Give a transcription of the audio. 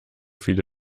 viele